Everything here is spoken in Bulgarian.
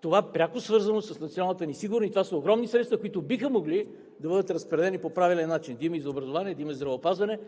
Това е пряко свързано с националната сигурност. Това са огромни средства, които биха могли да бъдат разпределени по правилен начин – да има и за образование, да има и за здравеопазване,